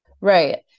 Right